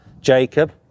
Jacob